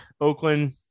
Oakland